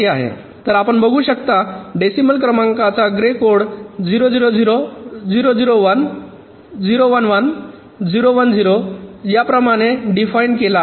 तर आपण बघू शकता डेसिमल क्रमांकाचा ग्रे कोड 0 0 0 0 0 1 0 1 1 0 1 0 याप्रमाणे डिफाइन्ड केला आहे